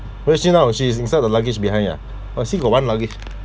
where is she now she's inside the luggage behind ah oh see got one luggage